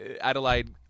Adelaide